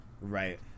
right